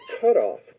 cutoff